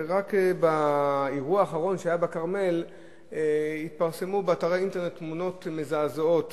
רק באירוע האחרון שהיה בכרמל התפרסמו באתרי האינטרנט תמונות מזעזעות